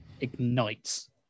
ignites